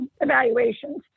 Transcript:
evaluations